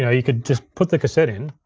yeah you could just put the cassette in,